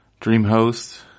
DreamHost